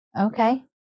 Okay